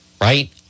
Right